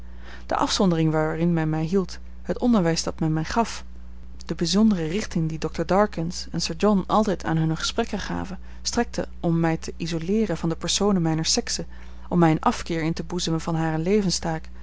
de afzondering waarin men mij hield het onderwijs dat men mij gaf de bijzondere richting die dr darkins en sir john altijd aan hunne gesprekken gaven strekten om mij te isoleeren van de personen mijner sekse om mij een afkeer in te boezemen van hare levenstaak